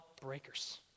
breakers